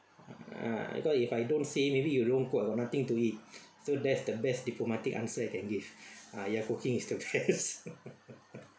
ah I thought if I don't say maybe you don't cook I got nothing to eat so that's the best diplomatic answer I can give ah your cooking is the best